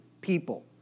people